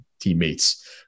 teammates